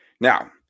Now